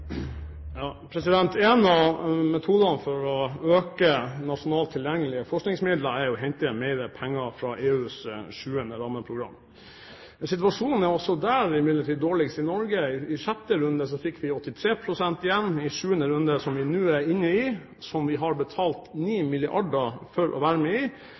En av metodene for å øke nasjonalt tilgjengelige forskningsmidler er å hente mer penger fra EUs sjuende rammeprogram. Situasjonen er også der imidlertid dårligst i Norge. I sjette runde fikk vi 83 pst. igjen. I sjuende runde, som vi nå er inne i, som vi har betalt 9 mrd. kr for å være med i,